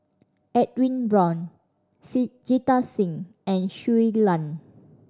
Edwin Brown Sit Jita Singh and Shui Lan